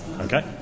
Okay